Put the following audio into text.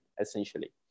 Essentially